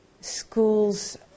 schools